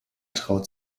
traut